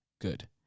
Good